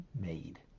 made